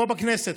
פה בכנסת,